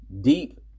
deep